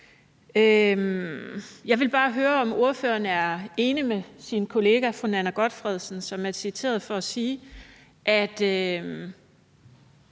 Jeg vil bare høre, om ordføreren er enig med sin kollega fru Nanna W. Gotfredsen, som er citeret for i et